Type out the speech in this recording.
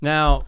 Now